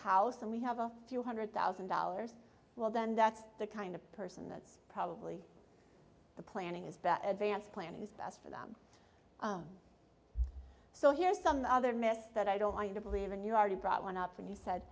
house and we have a few hundred thousand dollars well then that's the kind of person that's probably the planning is bet advanced planning is best for them so here's some the other miss that i don't want you to believe and you already brought one up when you said